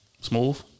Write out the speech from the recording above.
Smooth